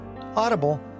Audible